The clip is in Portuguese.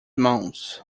mãos